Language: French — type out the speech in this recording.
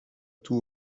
tout